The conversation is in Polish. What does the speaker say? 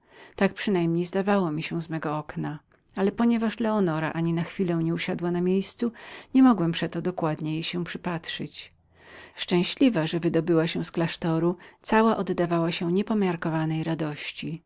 tak przynajmniej zdawało mi się z mego okna tem bardziej że leonora ani na chwilę nie usiadła na miejscu nie mogłem przeto dokładnie jej się przypatrzyć szczęśliwa że wydobyła się z klasztoru cała oddawała się niepomiarkowanej radości